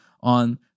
on